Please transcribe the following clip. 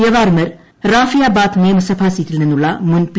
യവാർമിർ റാഫിയാബാദ് നിയമസഭാ സീറ്റിൽ നിന്നുള്ള മുൻ പി